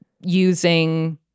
using